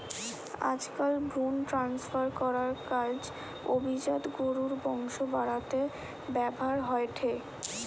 আজকাল ভ্রুন ট্রান্সফার করার কাজ অভিজাত গরুর বংশ বাড়াতে ব্যাভার হয়ঠে